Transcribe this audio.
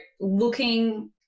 looking